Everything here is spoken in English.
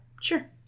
sure